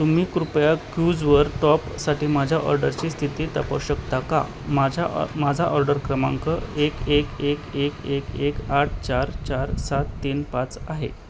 तुम्ही कृपया कूजवर टॉपसाठी माझ्या ऑर्डरची स्थिती तापासू शकता का माझ्या माझा ऑर्डर क्रमांक एक एक एक एक एक एक आठ चार चार सात तीन पाच आहे